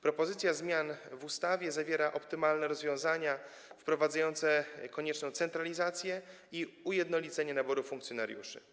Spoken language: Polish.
Propozycja zmian w ustawie zawiera optymalne rozwiązania wprowadzające konieczną centralizację i ujednolicenie naboru funkcjonariuszy.